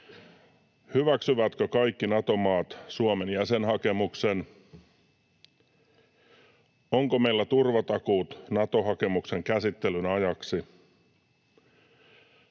Hyväksyvätkö kaikki Nato-maat Suomen jäsenhakemuksen? Onko meillä turvatakuut Nato-hakemuksen käsittelyn ajaksi?